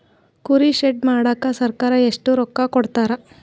ಕುರಿ ಶೆಡ್ ಮಾಡಕ ಸರ್ಕಾರ ಎಷ್ಟು ರೊಕ್ಕ ಕೊಡ್ತಾರ?